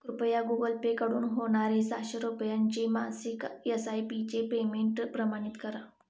कृपया गूगल पेकडून होणारे सहाशे रुपयांचे मासिक एस आय पीचे पेमेंट प्रमाणित करा